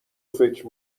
فکر